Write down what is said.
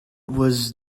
was